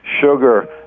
Sugar